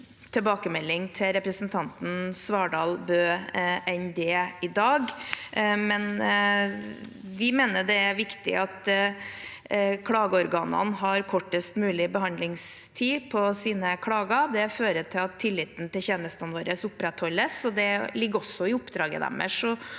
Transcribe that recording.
tilbakemelding til representanten Svardal Bøe enn det i dag. Vi mener det er viktig at klageorganene har kortest mulig behandlingstid på sine klager. Det fører til at tilliten til tjenestene våre opprettholdes, og det ligger også i oppdraget deres